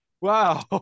Wow